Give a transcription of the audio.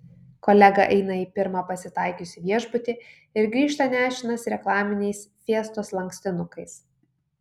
kolega eina į pirmą pasitaikiusį viešbutį ir grįžta nešinas reklaminiais fiestos lankstinukais